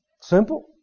Simple